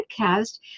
podcast